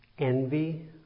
Envy